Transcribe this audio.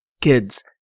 kids